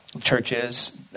churches